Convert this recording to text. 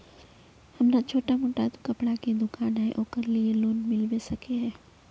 हमरा छोटो मोटा कपड़ा के दुकान है ओकरा लिए लोन मिलबे सके है?